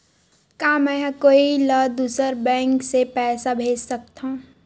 का मेंहा कोई ला दूसर बैंक से पैसा भेज सकथव?